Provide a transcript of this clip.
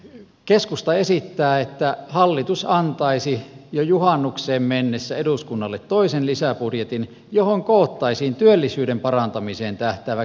keskusta esittää että hallitus antaisi jo juhannukseen mennessä eduskunnalle toisen lisäbudjetin johon koottaisiin työllisyyden parantamiseen tähtäävä käytännönläheinen työkalupakki